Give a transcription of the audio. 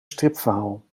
stripverhaal